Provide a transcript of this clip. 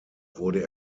wurde